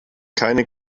keine